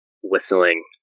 whistling